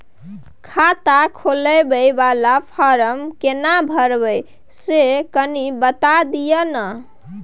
खाता खोलैबय वाला फारम केना भरबै से कनी बात दिय न?